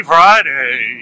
Friday